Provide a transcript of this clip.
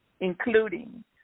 including